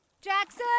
Jackson